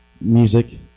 music